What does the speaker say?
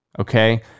Okay